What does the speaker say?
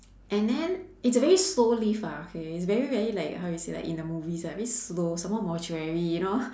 and then it's a very slow lift ah okay it's very very like how you say like in the movies ah very slow some more mortuary you know